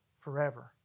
forever